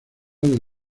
del